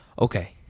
Okay